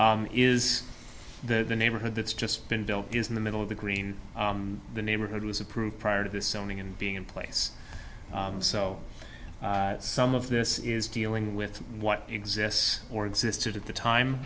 drive is that the neighborhood that's just been don't get in the middle of the green the neighborhood was approved prior to this owning and being in place so some of this is dealing with what exists or existed at the time